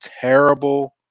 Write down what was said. terrible